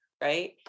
right